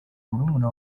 murumuna